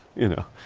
you know.